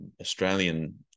australian